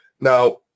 Now